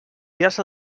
dies